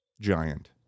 giant